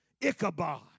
Ichabod